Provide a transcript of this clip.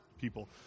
people